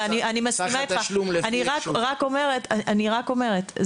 אני רק אומרת,